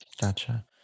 Gotcha